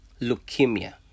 leukemia